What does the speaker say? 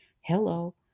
hello